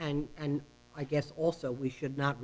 and and i guess also we should not